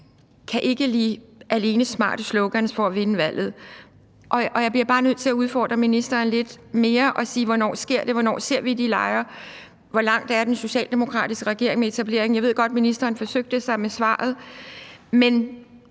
kan ikke lide smarte slogans alene for at vinde valget, og jeg bliver bare nødt til at udfordre ministeren lidt mere og spørge, hvornår det sker, hvornår vi ser de lejre, og hvor langt den socialdemokratiske regering er med etableringen. Jeg ved godt, at ministeren forsøgte sig med svaret, men